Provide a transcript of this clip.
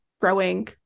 growing